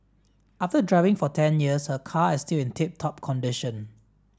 after driving for ten years her car is still in tip top condition